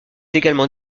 également